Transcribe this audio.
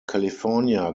california